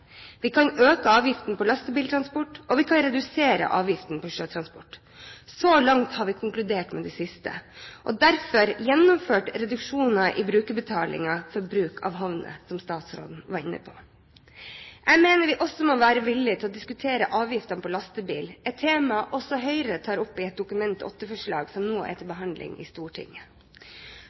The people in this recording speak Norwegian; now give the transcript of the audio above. Vi kan øke avgiftene på lastebiltransport, og vi kan redusere avgiftene på sjøtransport. Så langt har vi konkludert med det siste og derfor gjennomført reduksjoner i brukerbetalingen for bruk av havner, som statsråden var inne på. Jeg mener vi også må være villige til å diskutere avgiftene på lastebil, et tema også Høyre tar opp i et Dokument 8-forslag som nå er til behandling i Stortinget.